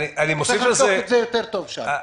צריך לבדוק את זה יותר טוב שם.